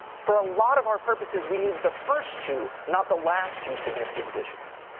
for a lot of our purposes, we need the first two, not the last two significant digits.